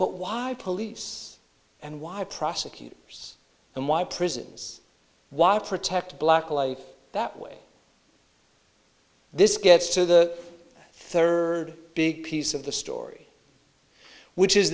but why police and why prosecutors and why prisons walk protect black life that way this gets to the third big piece of the story which is